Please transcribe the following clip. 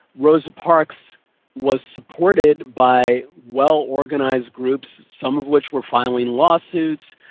rosa parks was supported by well-organised groups, some of which were filing lawsuits,